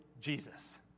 Jesus